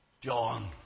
John